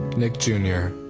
nick junior,